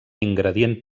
ingredient